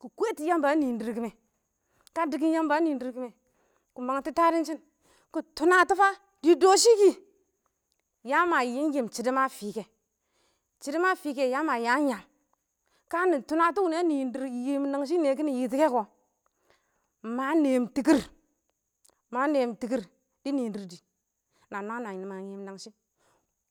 kɪ kwets yamba a nɪɪn dirkime kɪ mangtɔ tallinshi kɪ tuna tu dɪ dɔshɪ kɪ yama fankuwɪ-fankuwɪ shɪdo ma fii kɛ shɪdo ma fike yama tam-yam kə mɪ a nɪn dɪrr fankuwɪ nangshing kimx kɪ yiti kɛkɔ na neem tɪkɪr ma nɛɛn tɪkɪr dɪ nɪɪn diir diir kə nwam-nwam nimansa